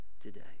today